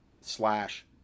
slash